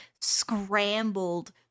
scrambled